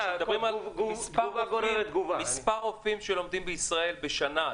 ממש בקצרה מדברים על מספר רופאים שלומדים בישראל בשנה,